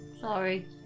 Sorry